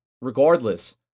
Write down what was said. regardless